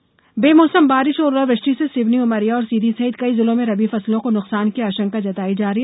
मौसम बेमौसम बारिश और ओलावृष्टि से सिवनी उमरिया और सीधी सहित कई जिलों में रबी फसलों को नुकसान की आशंका जताई जा रही है